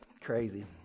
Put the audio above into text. crazy